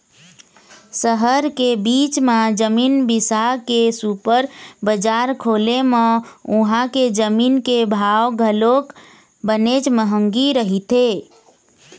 सहर के बीच म जमीन बिसा के सुपर बजार खोले म उहां के जमीन के भाव घलोक बनेच महंगी रहिथे